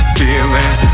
feeling